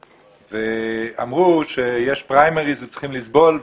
הרבה אנשים אמרו שיש פריימריס וצריכים לסבול,